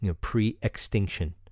Pre-extinction